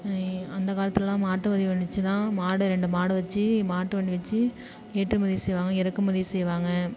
அந்த காலத்துலலாம் மாட்டு வண்டி வந்துச்சின்னால் மாடு ரெண்டு மாடை வச்சி மாட்டு வண்டி வச்சி ஏற்றுமதி செய்வாங்க இறக்குமதி செய்வாங்க